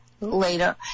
later